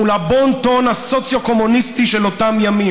מול הבון-טון הסוציו-קומוניסטי של אותם ימים.